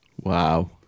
wow